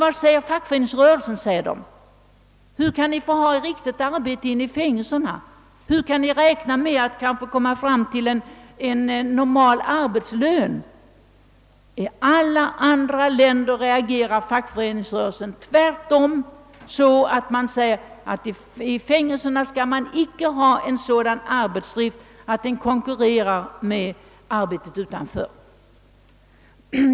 Vad säger fackföreningsrörelsen om detta? frågar de. Hur kan riktigt arbete få utföras inom fängelserna? Hur kan ni t.o.m. räkna med att fångarna skall kunna uppnå full arbetslön? I alla andra länder reagerar fackföreningsrörelsen nämligen mot sådan arbetsdrift i fängelserna som konkurrerar med arbetet utanför dessa.